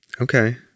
Okay